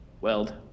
Weld